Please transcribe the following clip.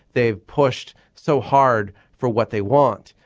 they've pushed so hard for what they want.